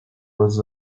was